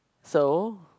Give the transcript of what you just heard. so